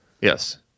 Yes